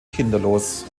kinderlos